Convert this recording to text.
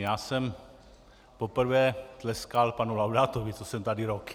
Já jsem poprvé tleskal panu Laudátovi, a to jsem tady rok.